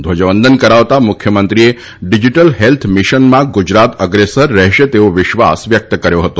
ધ્વજવંદન કરાવતા મુખ્યમંત્રીએ ડિજીટલ હેલ્થ મિશનમાં ગુજરાત અગ્રેસર રહેશે તેવો વિશ્વાસવ્યક્ત કર્યો હતો